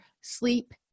sleep